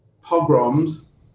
pogroms